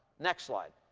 next slide